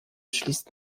schließt